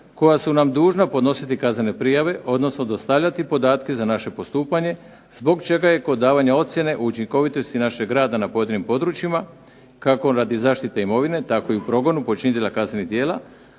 koja su nam dužna podnositi kaznene prijave, odnosno dostavljati podatke za naše postupanje zbog čega je kod davanja ocjene o učinkovitosti našeg rada na pojedinim područjima kako radi zaštite imovine tako i u progonu počinitelja kaznenih djela